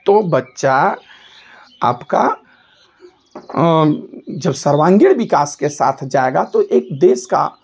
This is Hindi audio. तो बच्चा आपका जब सर्वागीण विकास के साथ जाएगा तो एक देश का